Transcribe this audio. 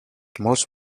most